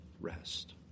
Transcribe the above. rest